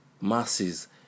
masses